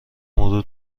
مرور